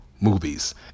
movies